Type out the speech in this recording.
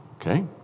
Okay